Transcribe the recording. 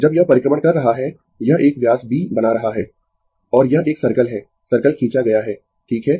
जब यह परिक्रमण कर रहा है यह एक व्यास B बना रहा है और यह एक सर्कल है सर्कल खींचा गया है ठीक है